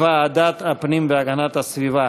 לוועדת הפנים והגנת הסביבה.